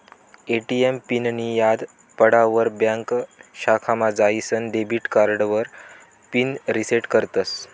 ATM पिननीं याद पडावर ब्यांक शाखामा जाईसन डेबिट कार्डावर पिन रिसेट करतस